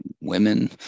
women